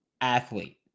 athlete